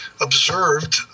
observed